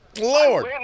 Lord